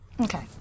Okay